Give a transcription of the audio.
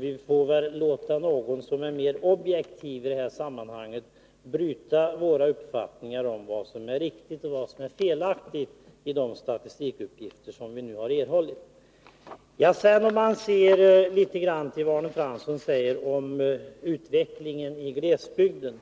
Vi får väl låta någon som är mer objektiv i detta sammanhang bryta våra uppfattningar om vad som är riktigt och vad som är felaktigt i de statistikuppgifter vi har erhållit. Om vi ser litet till vad Arne Fransson säger om utvecklingen i glesbygden,